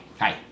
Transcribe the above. hi